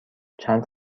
چند